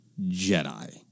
Jedi